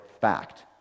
fact